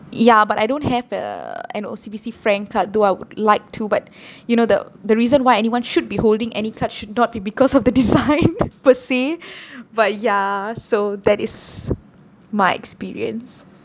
ya but I don't have uh an O_C_B_C frank card though I would like to but you know the the reason why anyone should be holding any card should not be because of the design per se but ya so that is my experience